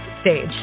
stage